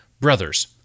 brothers